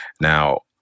Now